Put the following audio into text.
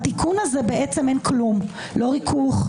בתיקון הזה אין כלום לא ריכוך,